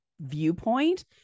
viewpoint